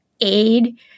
aid